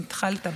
אם התחלת,